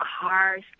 cars